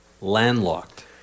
landlocked